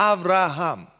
Abraham